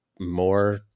more